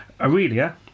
Aurelia